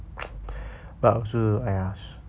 but 我是 !aiya!